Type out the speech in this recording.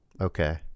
okay